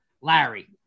Larry